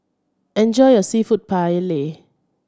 enjoy your Seafood Paella